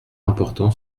important